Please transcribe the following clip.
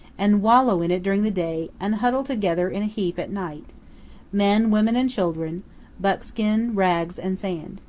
and wallow in it during the day and huddle together in a heap at night men, women, and children buckskin, rags, and sand.